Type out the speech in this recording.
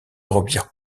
remplir